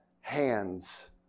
hands